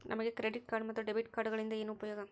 ನಮಗೆ credit card ಮತ್ತು debit ಕಾರ್ಡುಗಳಿಂದ ಏನು ಉಪಯೋಗ?